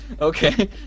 okay